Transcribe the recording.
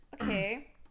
Okay